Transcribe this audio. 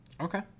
Okay